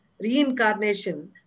reincarnation